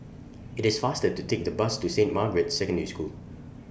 IT IS faster to Take The Bus to Saint Margaret's Secondary School